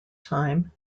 time